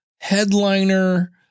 headliner